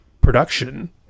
production